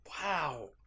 Wow